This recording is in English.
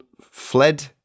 fled